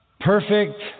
perfect